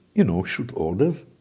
you know, shoot orders